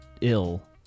ill